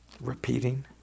Repeating